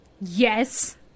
Yes